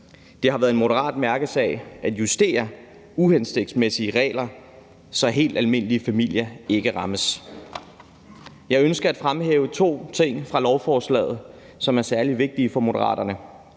Det har været en moderat mærkesag at justere uhensigtsmæssige regler, så helt almindelige familier ikke rammes. Jeg ønsker at fremhæve to ting fra lovforslaget, som er særlig vigtige for Moderaterne.